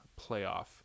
playoff